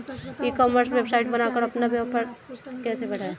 ई commerce website बनाकर अपना व्यापार कैसे बढ़ाएँ?